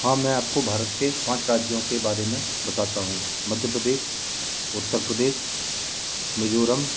हाँ मैं आप को भारत के पाँच राज्यों के बारे मे बताता हूँ मध्य प्रदेश उत्तर प्रदेश मिज़ोरम